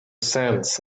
sands